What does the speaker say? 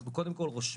יש כאן הגדרה,